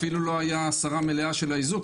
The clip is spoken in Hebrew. אפילו לא היה הסרה מלאה של האיזוק.